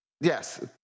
Yes